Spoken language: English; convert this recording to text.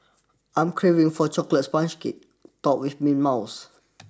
I am craving for a Chocolate Sponge Cake topped with mint mousse